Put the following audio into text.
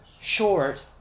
short